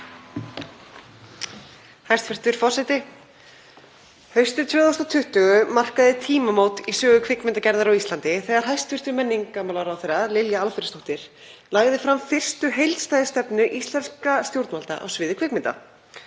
Hæstv. forseti. Haustið 2020 markaði tímamót í sögu kvikmyndagerðar á Íslandi þegar hæstv. menningarmálaráðherra, Lilja Alfreðsdóttir, lagði fram fyrstu heildstæðu stefnu íslenskra stjórnvalda á sviði kvikmynda.